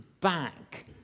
back